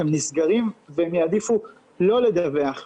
הם נסגרים והם יעדיפו לא לדווח למורה.